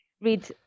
read